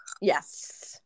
yes